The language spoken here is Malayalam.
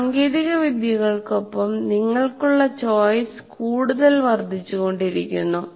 സാങ്കേതികവിദ്യകൾക്കൊപ്പം നിങ്ങൾക്കുള്ള ചോയ്സ് കൂടുതൽ വർദ്ധിച്ചുകൊണ്ടിരിക്കുന്നു